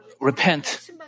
repent